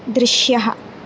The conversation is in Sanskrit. दृश्यः